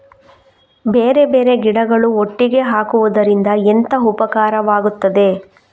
ಬೇರೆ ಬೇರೆ ಗಿಡಗಳು ಒಟ್ಟಿಗೆ ಹಾಕುದರಿಂದ ಎಂತ ಉಪಕಾರವಾಗುತ್ತದೆ?